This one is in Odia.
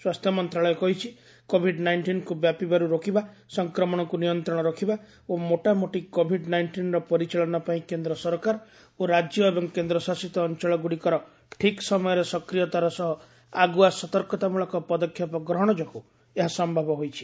ସ୍ୱାସ୍ଥ୍ୟ ମନ୍ତ୍ରଣାଳୟ କହିଛି କୋଭିଡ୍ ନାଇଷ୍ଟିନ୍କୁ ବ୍ୟାପିବାରୁ ରୋକିବା ସଂକ୍ରମଣକୁ ନିୟନ୍ତ୍ରଣ ରଖିବା ଓ ମୋଟାମୋଟି କୋଭିଡ୍ ନାଇଷ୍ଟିନ୍ର ପରିଚାଳନା ପାଇଁ କେନ୍ଦ୍ର ସରକାର ଓ ରାଜ୍ୟ ଏବଂ କେନ୍ଦ୍ରଶାସିତ ଅଞ୍ଚଳଗୁଡ଼ିକର ଠିକ୍ ସମୟରେ ସକ୍ରିୟତାର ସହ ଆଗ୍ରଆ ସତର୍କତାମ୍ବଳକ ପଦକ୍ଷେପ ଗ୍ରହଣ ଯୋଗୁଁ ଏହା ସମ୍ଭବ ହୋଇଛି